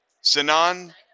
Sinan